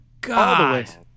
God